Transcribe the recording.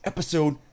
Episode